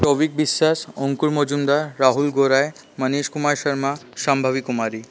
Pradip Biswas Ankur Majumdar Rahul Gorai Manish Kumar Sharma Shambhavi Kumari